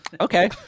Okay